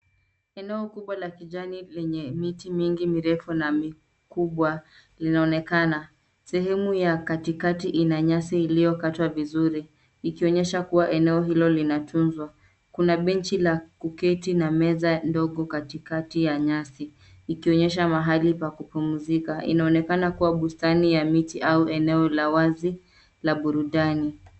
Eneo kubwa la kijani lenye miti mingi mirefu na mikubwa linaonekana, sehemu ya katikati ina nyasi iliokatwa vizuri ikionyesha kua eneo hilo linatunzwa, kuna benchi la kuketi na meza ndogo katikati ya nyasi ikionyesha mahali pa kupumzika inaonekana kua bustani ya miti au eneo la wazi la burudani.